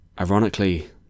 Ironically